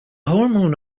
hormone